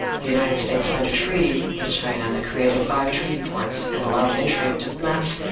the united states signed a treaty with china that created five treaty ports and allowed entry of diplomats,